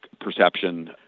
perception